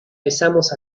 besamos